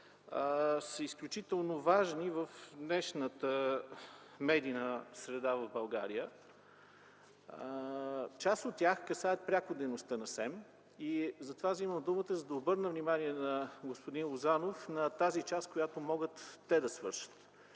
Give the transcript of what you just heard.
са изключително важни в днешната медийна среда в България. Част от тях касаят пряко дейността на СЕМ. Взимам думата, за да обърна внимание на господин Лозанов на тази част, която могат те да свършат.